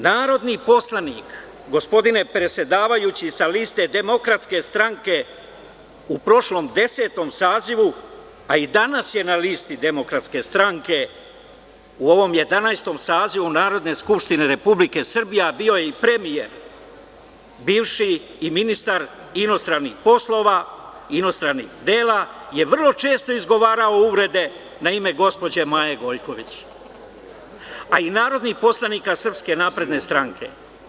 Narodni poslanik, gospodine predsedavajući, sa liste DS u prošlom Desetom sazivu, a i danas je na listi DS u ovom Jedanaestom sazivu Narodne skupštine Republike Srbije, a bio je i premijer bivši i ministar inostranih poslova, inostranih dela, je vrlo često izgovarao uvrede na ime gospođe Maje Gojković, a i narodnih poslanika SNS.